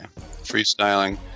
Freestyling